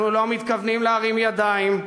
אנחנו לא מתכוונים להרים ידיים,